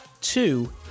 Two